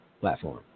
platform